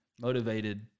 motivated